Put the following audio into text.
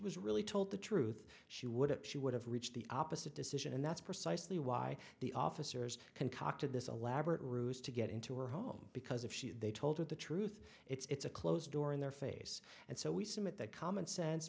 was really told the truth she wouldn't she would have reached the opposite decision and that's precisely why the officers concocted this elaborate ruse to get into her home because if she they told her the truth it's a closed door in their face and so we submit that common sense